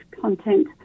content